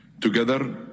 Together